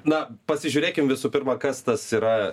na pasižiūrėkim visų pirma kas tas yra